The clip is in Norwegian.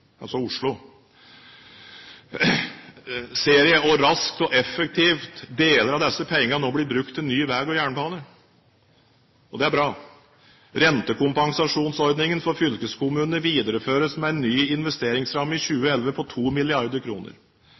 altså Oslo, ser jeg hvor raskt og effektivt deler av disse pengene nå blir brukt til ny vei og jernbane, og det er bra. Rentekompensasjonsordningen til fylkeskommunene videreføres med en ny investeringsramme i 2011 på